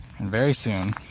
and very soon